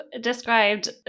described